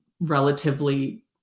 relatively